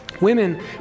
Women